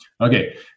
Okay